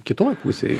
kitoj pusėj